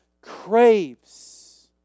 craves